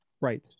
Right